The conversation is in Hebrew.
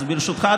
אז ברשותך,